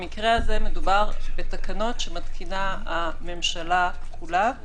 במקרה הזה מדובר בתקנות שמתקינה הממשלה כולה,